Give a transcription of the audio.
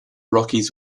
rockies